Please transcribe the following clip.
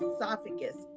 esophagus